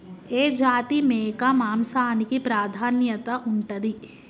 ఏ జాతి మేక మాంసానికి ప్రాధాన్యత ఉంటది?